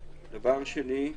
דבר שני.